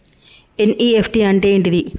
NEFT అంటే ఏంటిది?